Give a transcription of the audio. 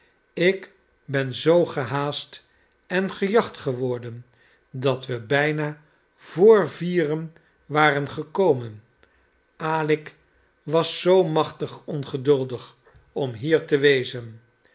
ik ben zoo gehaast en gejacht geworden dat we bijna voor vieren waren gekomen alick was zoo machtig ongeduldig om hier te wezen